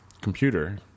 computer